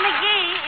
McGee